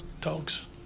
dogs